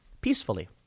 peacefully